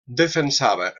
defensava